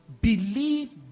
Believe